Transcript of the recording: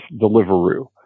Deliveroo